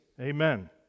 amen